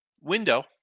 window